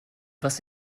was